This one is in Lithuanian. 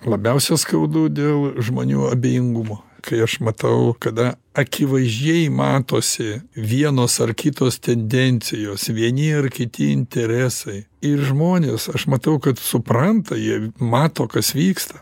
labiausia skaudu dėl žmonių abejingumo kai aš matau kada akivaizdžiai matosi vienos ar kitos tendencijos vieni ar kiti interesai ir žmonės aš matau kad supranta jie mato kas vyksta